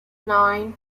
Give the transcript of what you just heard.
nine